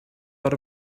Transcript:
got